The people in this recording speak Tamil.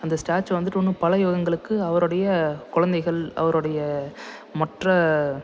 அந்த ஸ்டேச்சுவை வந்துவிட்டு இன்னும் பல யுகங்களுக்கு அவருடைய குழந்தைகள் அவருடைய மற்ற